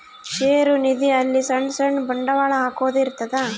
ಷೇರು ನಿಧಿ ಅಲ್ಲಿ ಸಣ್ ಸಣ್ ಬಂಡವಾಳ ಹಾಕೊದ್ ಇರ್ತದ